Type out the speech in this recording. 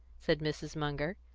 said mrs. munger.